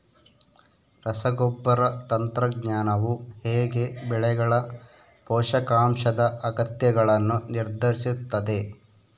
ರಸಗೊಬ್ಬರ ತಂತ್ರಜ್ಞಾನವು ಹೇಗೆ ಬೆಳೆಗಳ ಪೋಷಕಾಂಶದ ಅಗತ್ಯಗಳನ್ನು ನಿರ್ಧರಿಸುತ್ತದೆ?